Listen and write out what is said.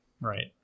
Right